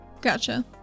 Gotcha